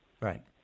Right